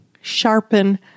sharpen